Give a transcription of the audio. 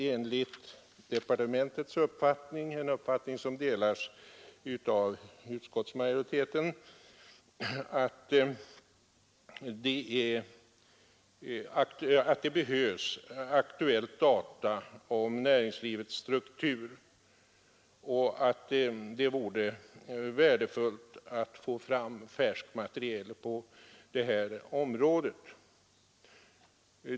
Enligt departementets uppfattning — en uppfattning som delas av utskottsmajoriteten — behövs aktuella data om näringslivets struktur, och det vore värdefullt att få fram färskt material på det här området.